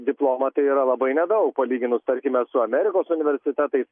diplomą tai yra labai nedaug palyginus tarkime su amerikos universitetais